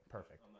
Perfect